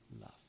love